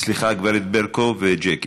סליחה, הגברת ברקו וז'קי.